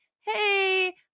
hey